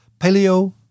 paleo